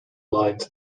lines